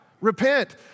Repent